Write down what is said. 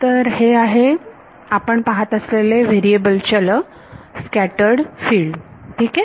तर हे आहे आपण पाहत असलेले चल स्कॅटर्ड फिल्ड ठीक आहे